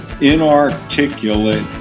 Inarticulate